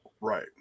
Right